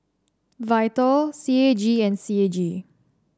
Vital C A G and C A G